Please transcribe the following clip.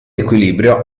equilibrio